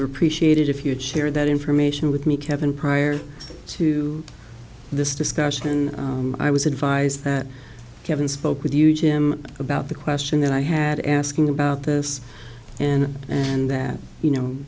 appreciated if you'd share that information with me kevin prior to this discussion and i was advised that kevin spoke with you jim about the question that i had asking about this and and that you know